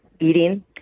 eating